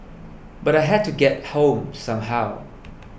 but I had to get home somehow